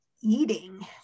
eating